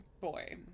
Boy